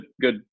good